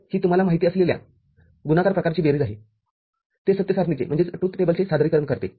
तर ही तुम्हाला माहिती असलेल्या गुणाकार प्रकारची बेरीज आहेजे सत्य सारणीचे सादरीकरण करते